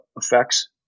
effects